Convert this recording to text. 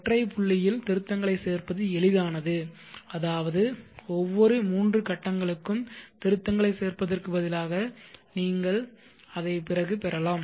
ஒற்றை புள்ளியில் திருத்தங்களைச் சேர்ப்பது எளிதானது அதாவது ஒவ்வொரு மூன்று கட்டங்களுக்கும் திருத்தங்களைச் சேர்ப்பதற்குப் பதிலாக நீங்கள் அதைச் பிறகு பெறலாம்